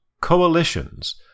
Coalitions